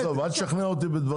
בסדר, אל תשכנע אותי בדברים.